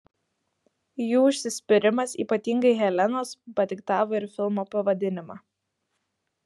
jų užsispyrimas ypatingai helenos padiktavo ir filmo pavadinimą